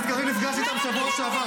למה,